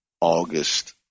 August